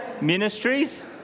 ministries